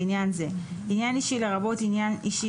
לעניין זה "עניין אישי" לרבות עניין אישי